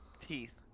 teeth